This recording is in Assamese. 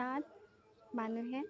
তাত মানুহে